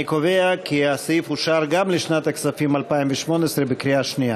אני קובע כי הסעיף אושר גם לשנת הכספים 2018 בקריאה שנייה.